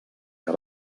que